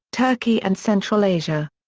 turkey and central asia.